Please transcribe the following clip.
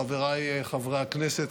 חבריי חברי הכנסת,